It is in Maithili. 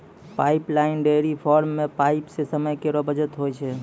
पाइपलाइन डेयरी फार्म म पाइप सें समय केरो बचत होय छै